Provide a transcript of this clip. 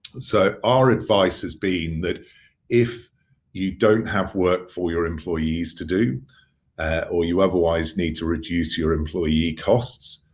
so, our advice is being that if you don't have work for your employees to do or you otherwise need to reduce your employee costs,